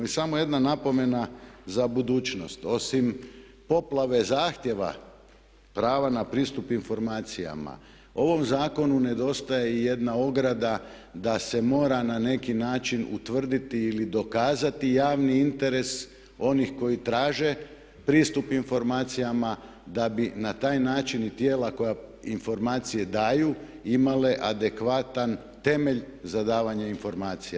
I samo jedna napomena za budućnost, osim poplave zahtjeva prava na pristup informacijama ovom zakonu nedostaje i jedna ograda da se mora na neki način utvrditi ili dokazati javni interes onih koji traže pristup informacijama da bi na taj način i tijela koja informacije daju imali adekvatan temelj za davanje informacija.